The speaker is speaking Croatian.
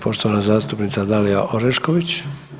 poštovana zastupnica Dalija Orešković.